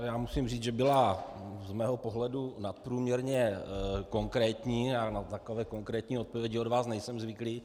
Já musím říct, že byla z mého pohledu nadprůměrně konkrétní a na takové konkrétní odpovědi od vás nejsem zvyklý.